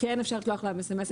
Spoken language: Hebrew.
שכן אפשר לשלוח להם SMS,